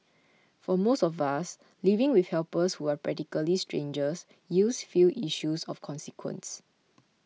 for most of us living with helpers who are practically strangers yields few issues of consequence